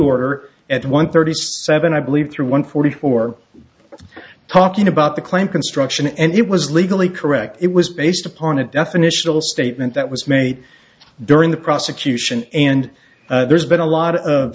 order at one thirty seven i believe through one forty four talking about the claim construction and it was legally correct it was based upon a definitional statement that was made during the prosecution and there's been a lot